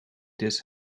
this